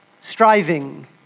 Striving